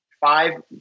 five